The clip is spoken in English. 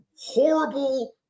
horrible